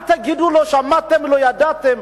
אל תגידו, לא שמעתם ולא ידעתם.